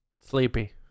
sleepy